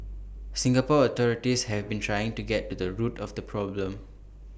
Singapore authorities have been trying to get to the root of the problem